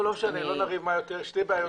לא משנה, לא נריב מה יותר, שתי בעיות גדולות.